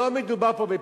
שלא מדובר פה בפליטים.